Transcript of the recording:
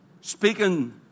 speaking